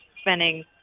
spending